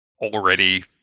already